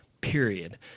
period